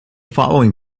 following